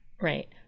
Right